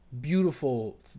Beautiful